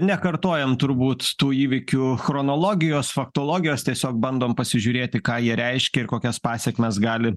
nekartojam turbūt tų įvykių chronologijos faktologijos tiesiog bandom pasižiūrėti ką jie reiškia ir kokias pasekmes gali